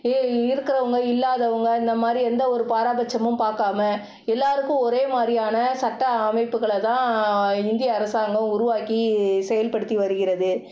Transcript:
ஏ இருக்கிறவங்கள் இல்லாதவங்கள் இந்த மாதிரி எந்த ஒரு பாரபட்சமும் பார்க்காம எல்லாருக்கும் ஒரே மாதிரியான சட்ட அமைப்புகளை தான் இந்திய அரசாங்கம் உருவாக்கி செயல்படுத்தி வருகிறது